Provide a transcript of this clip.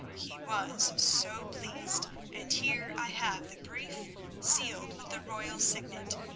he was so pleased, and here i have the brief sealed with the royal signet,